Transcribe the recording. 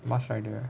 pass already right